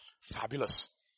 Fabulous